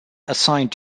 assigned